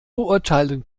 beurteilen